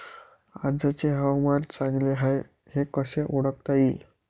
आजचे हवामान चांगले हाये हे कसे ओळखता येईन?